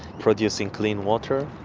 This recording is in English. producing clean water.